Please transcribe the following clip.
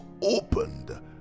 opened